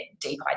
deep